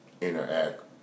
interact